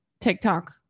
TikTok